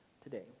today